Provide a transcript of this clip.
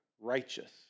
Righteous